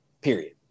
period